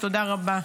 תודה רבה.